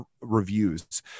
reviews